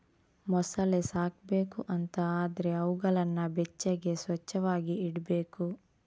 ಮೊಸಳೆ ಸಾಕ್ಬೇಕು ಅಂತ ಆದ್ರೆ ಅವುಗಳನ್ನ ಬೆಚ್ಚಗೆ, ಸ್ವಚ್ಚವಾಗಿ ಇಡ್ಬೇಕು